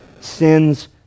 sin's